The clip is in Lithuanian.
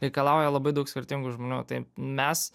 reikalauja labai daug skirtingų žmonių tai mes